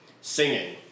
singing